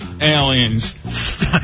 aliens